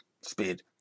speed